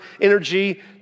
energy